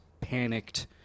panicked